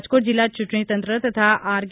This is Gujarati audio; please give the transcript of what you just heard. રાજકોટ જિલ્લા ચૂંટણી તંત્ર તથા આર કે